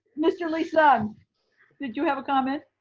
mr. lee-sung did you have a comment?